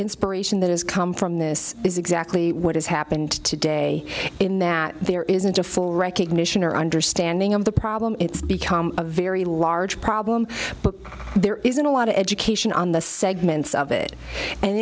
inspiration that has come from this is exactly what has happened today in that there isn't a full recognition or understanding of the problem it's become a very large problem but there isn't a lot of education on the segments of it and